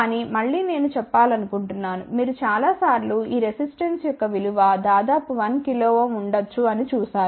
కానీ మళ్ళీ నేను చెప్పాలనుకుంటున్నాను మీరు చాలా సార్లు ఈ రెసిస్టెన్స్ యొక్క విలువ దాదాపు 1 kΩ ఉండచ్చు అని చూసారు